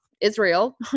Israel